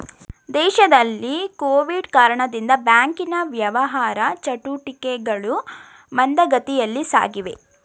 ದೇಶದಲ್ಲಿ ಕೊವಿಡ್ ಕಾರಣದಿಂದ ಬ್ಯಾಂಕಿನ ವ್ಯವಹಾರ ಚಟುಟಿಕೆಗಳು ಮಂದಗತಿಯಲ್ಲಿ ಸಾಗಿವೆ